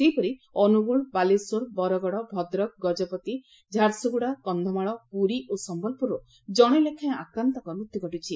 ସେହିପରି ଅନୁଗୁଳ ବାଲେଶ୍ୱର ବରଗଡ ଭଦ୍ରକ ଗଜପତି ଝାରସୁଗୁଡା କନ୍ଧମାଳ ପୁରୀ ଓ ସମ୍ଭଲପୁରରୁ ଜଣେ ଲେଖାଏଁ ଆକ୍ରାନ୍ଡଙ୍କ ମୃତ୍ଧୁ ଘଟିଛି